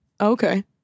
okay